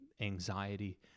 anxiety